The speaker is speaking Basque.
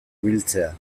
biltzea